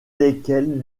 lesquelles